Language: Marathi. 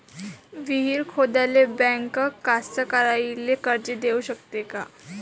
विहीर खोदाले बँक कास्तकाराइले कर्ज देऊ शकते का?